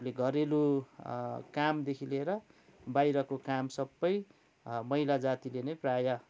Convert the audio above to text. घरेलु कामदेखी लिएर बाहिरको काम सबै महिला जातिले नै प्रायः